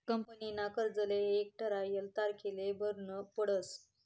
कंपनीना कर्जले एक ठरायल तारीखले भरनं पडस